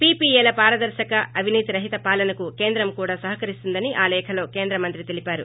పీపీఏల పారదర్పక అవినీతి రహిత పాలనకు కేంద్రం కూడా సహకరిస్తుందని ఆ లేఖలో కేంద్ర మంత్రి తెలిపారు